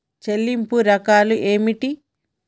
చెల్లింపు రకాలు ఏమిటి?